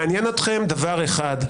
מעניין אתכם דבר אחד,